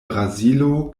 brazilo